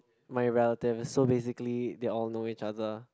my relatives so basically they all know each other